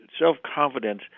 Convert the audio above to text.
self-confidence